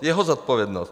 Jeho zodpovědnost!